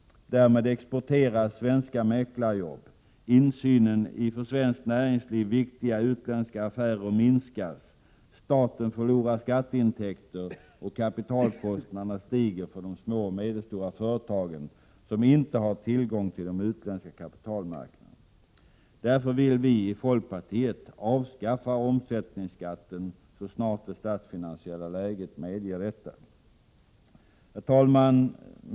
Därmed exporteras svenska mäklarjobb. Insynen i för svenskt näringsliv viktiga utländska affärer minskar. Staten förlorar skatteintäkter, och kapitalkostnaderna stiger för de små och medelstora företagen som inte har tillgång till de utländska kapitalmarknaderna. Därför vill vi i folkpartiet avskaffa omsättningsskatten så snart det statsfinansiella läget så medger. Herr talman!